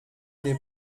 nie